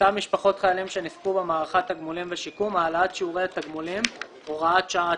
שנספו במערכה (תגמולים ושיקום)(העלאת שיעורי תגמולים) (הוראת שעה),